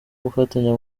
gufatanya